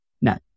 No